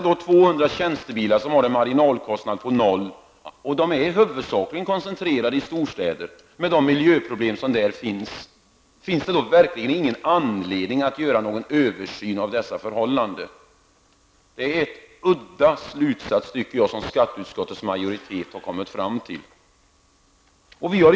De 200 tjänstebilar som det handlar om har en marginalkostnad på 0 kr. De är i huvudsak koncentrerade till storstäder med de miljöproblem som där finns. Finns det då verkligen ingen anledning att göra en översyn av tjänstebilsförmånen? Jag anser att den slutsats som skatteutskottets majoritet har kommit fram till är något udda.